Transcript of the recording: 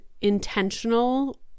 intentional